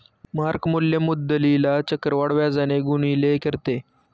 mark मूल्य मुद्दलीला चक्रवाढ व्याजाने गुणिले करते